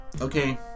Okay